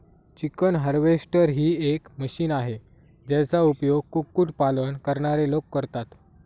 chicken harvester ही एक machine आहे, ज्याचा उपयोग कुक्कुट पालन करणारे लोक करतात